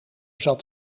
zat